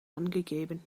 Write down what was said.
angegeben